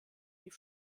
die